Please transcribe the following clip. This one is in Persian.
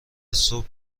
صبح